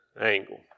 angle